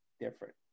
different